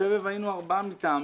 בסבב היינו ארבעה מטעמנו.